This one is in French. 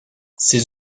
ses